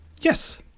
Yes